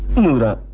noora.